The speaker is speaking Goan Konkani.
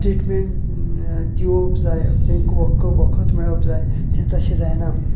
ट्रीटमेंट दिवप जाय ताका वखद मेळप जाय तें तशे जायना